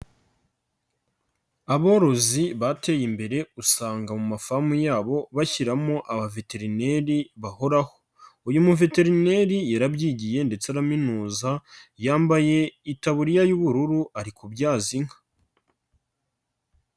Aborozi bateye imbere usanga mu mafamu yabo bashyiramo abaveterineri bahoraho, uyu muveterineiri yarabyigiye ndetse araminuza, yambaye itaburiya y'ubururu ari kubyaza inka.